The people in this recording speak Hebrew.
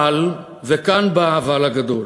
אבל, וכאן בא האבל הגדול,